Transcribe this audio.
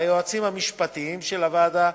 ליועצים המשפטיים של הוועדה,